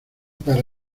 para